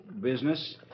Business